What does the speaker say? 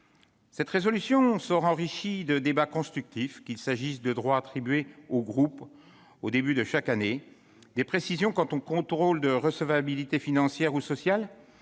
Cette résolution sort enrichie de débats constructifs, qu'il s'agisse des droits attribués aux groupes au début de chaque année, des précisions quant au contrôle de recevabilité financière ou sociale,